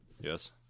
Yes